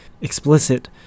explicit